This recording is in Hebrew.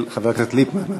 לחוק של חבר הכנסת ליפמן.